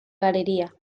galería